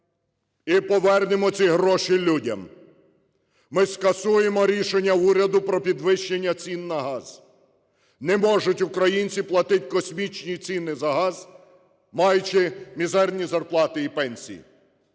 і повернемо ці гроші людям. Ми скасуємо рішення уряду про підвищення цін на газ. Не можуть українці платити космічні ціни за газ, маючи мізерні зарплати і пенсії.